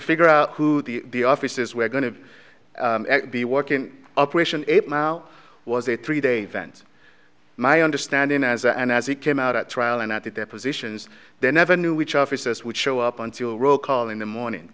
figure out who the offices were going to be working operation now was a three day event my understanding as and as it came out at trial and at the depositions they never knew which offices would show up until roll call in the morning